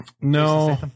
No